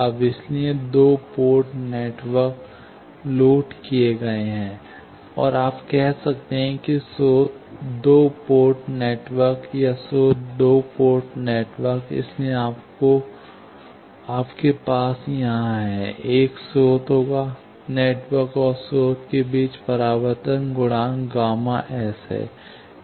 अब इसलिए दो पोर्ट नेटवर्क लोड किए गए और आप कह सकते हैं कि स्रोत दो पोर्ट नेटवर्क या स्रोत दो पोर्ट नेटवर्क इसलिए आपके पास यहां है एक स्रोत होगा नेटवर्क और स्रोत के बीच परावर्तन गुणांक Γ s है